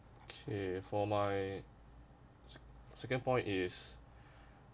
okay for my second point is